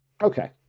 okay